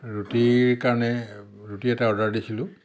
ৰুটিৰ কাৰণে ৰুটি এটা অৰ্ডাৰ দিছিলোঁ